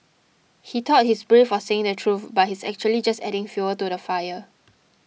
he thought he's brave for saying the truth but he's actually just adding fuel to the fire